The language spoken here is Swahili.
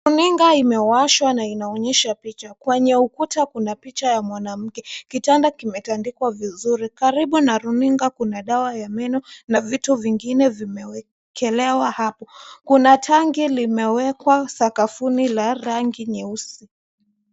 Runinga imewashwa na inaonyesha picha. Kwenye ukuta kuna picha ya mwanamke. Kitanda kimetandikwa vizuri. Karibu na runinga kuna dawa ya meno na vitu vingine vimewekwa hapo. Kuna tangi limewekwa sakafuni la rangi nyeusi.